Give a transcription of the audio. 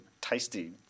tasty –